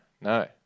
no